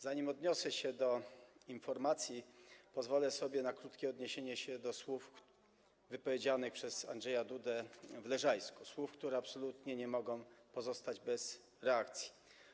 Zanim odniosę się do informacji, pozwolę sobie na krótkie odniesienie się do słów wypowiedzianych przez Andrzeja Dudę w Leżajsku, słów, które absolutnie nie mogą pozostać bez reakcji.